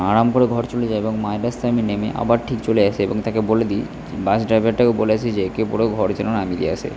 আরাম করে ঘর চলে যায় এবং মাঝ রাস্তায় আমি নেমে আবার ঠিক চলে আসি এবং তাকে বলে দিই বাস ড্রাইভারটাকেও বলে আসি যে একে পুরো ঘরে যেন নামিয়ে দিয়ে আসে